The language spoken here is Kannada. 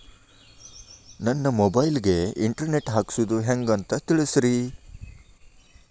ನನ್ನ ಮೊಬೈಲ್ ಗೆ ಇಂಟರ್ ನೆಟ್ ಹಾಕ್ಸೋದು ಹೆಂಗ್ ಅನ್ನೋದು ತಿಳಸ್ರಿ